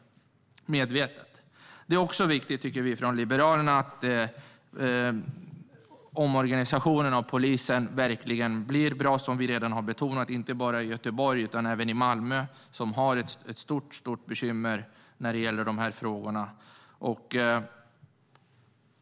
Vi från Liberalerna tycker också att det är viktigt att omorganisationen av polisen verkligen blir bra, vilket vi redan har betonat, inte bara i Göteborg utan även i Malmö som har ett mycket stort bekymmer när det gäller dessa frågor.